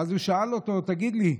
ואז הוא שאל אותו: תגיד לי,